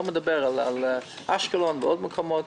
לא מדבר על אשקלון ועוד מקומות.